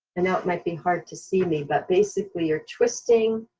and know it might be hard to see me but basically you're twisting,